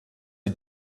sie